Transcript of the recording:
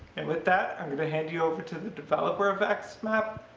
and with that, i'm going to hand you over to the developer of axs map,